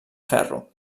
ferro